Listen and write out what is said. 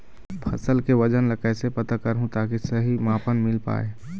फसल के वजन ला कैसे पता करहूं ताकि सही मापन मील पाए?